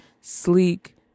sleek